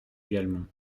également